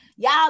Y'all